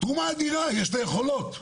יש לה יכולות.